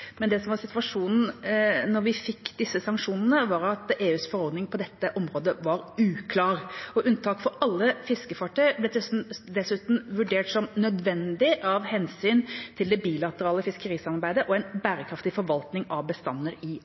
Det som var situasjonen da vi fikk disse sanksjonene, var at EUs forordning på dette området var uklar. Unntak for alle fiskefartøy ble dessuten vurdert som nødvendig av hensyn til det bilaterale fiskerisamarbeidet og en bærekraftig forvaltning av bestander i